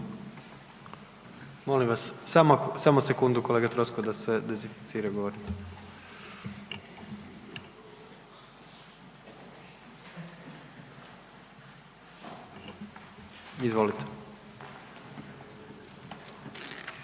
Molim vas, samo sekundu kolega Troskot da se dezinficira govornica. Izvolite.